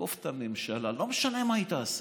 לתקוף את הממשלה, לא משנה מה היא תעשה?